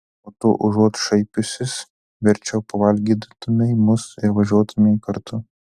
o tu užuot šaipiusis verčiau pavalgydintumei mus ir važiuotumei kartu